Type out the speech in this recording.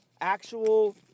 actual